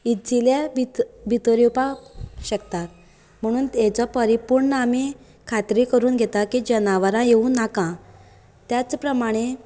इज्जील्या भितर येवपाक शकतात म्हणून हेचो परिपूर्ण आमी खात्री करून घेतात की जनावरां येवूं नाका त्याच प्रमाणे